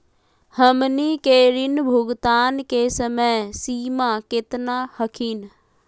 हमनी के ऋण भुगतान के समय सीमा केतना हखिन?